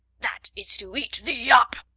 that is to eat thee up.